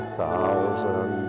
thousand